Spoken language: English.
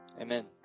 Amen